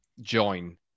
join